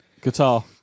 Guitar